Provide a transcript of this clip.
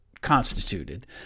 constituted